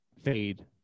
Fade